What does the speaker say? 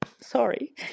sorry